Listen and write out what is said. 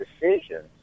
decisions